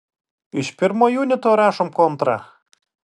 iš pirmo junito rašom kontrą